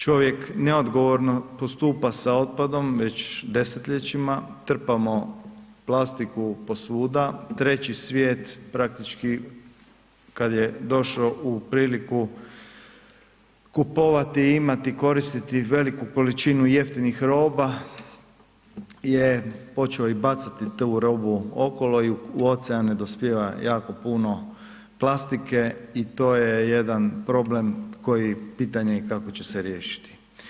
Čovjek neodgovorno postupa sa otpadom već desetljećima, trpamo plastiku po svuda, treći svijet praktički kada je došao u priliku kupovati i imati i koristiti veliku količinu jeftinih roba je počeo i bacati tu robu okolo i u oceane dospijeva jako puno plastike i to je jedan problem, pitanje je kako će se riješiti.